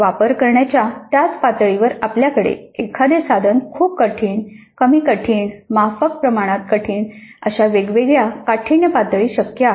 वापर करण्याच्या त्याच पातळीवर आपल्याकडे एखादे साधन खूप कठीण कमी कठीण माफक प्रमाणात कठीण अशा वेगवेगळ्या काठिण्य पातळी शक्य आहेत